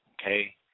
Okay